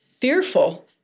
fearful—